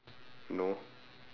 no